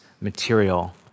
material